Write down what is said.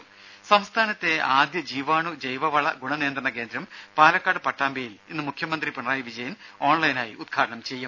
രുര സംസ്ഥാനത്തെ ആദ്യ ജീവാണു ജൈവവള ഗുണ നിയന്ത്രണ കേന്ദ്രം പാലക്കാട് പട്ടാമ്പിയിൽ ഇന്ന് മുഖ്യമന്ത്രി പിണറായി വിജയൻ ഓൺലൈനായി ഉദ്ഘാടനം ചെയ്യും